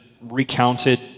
recounted